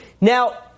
Now